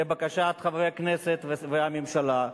לבקשת חברי הכנסת והממשלה.